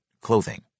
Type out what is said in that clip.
clothing